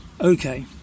Okay